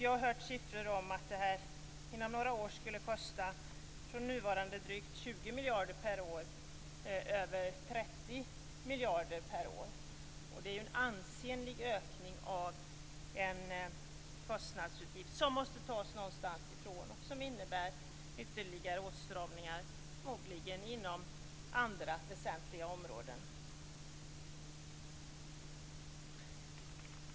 Jag har hört att kostnaden inom några år skulle gå upp från nuvarande drygt 20 miljarder per år till över 30 miljarder per år. Det är ju en ansenlig ökning av en kostnad som måste tas någonstans ifrån och som innebär ytterligare åtstramningar, förmodligen inom andra väsentliga områden.